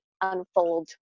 unfold